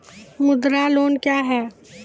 मुद्रा लोन क्या हैं?